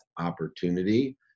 opportunity